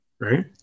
right